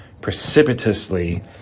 precipitously